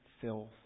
filth